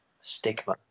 stigma